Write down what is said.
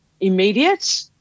immediate